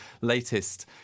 latest